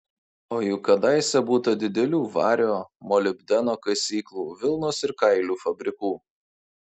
o juk kadaise būta didelių vario molibdeno kasyklų vilnos ir kailių fabrikų